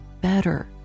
better